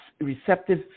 receptive